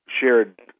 shared